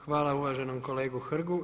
Hvala uvaženom kolegi Hrgu.